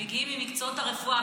שמגיעה ממקצועות הרפואה,